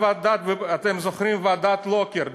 אתם זוכרים את ועדת לוקר?